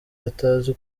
atazi